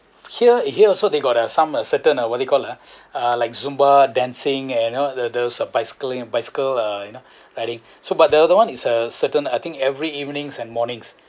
here here also they got a some certain uh what they call ah uh like zumba dancing and you know the those bicycling bicycle uh you know riding so but the another one is a certain I think every evenings and mornings